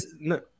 no